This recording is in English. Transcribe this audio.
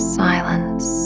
silence